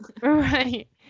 Right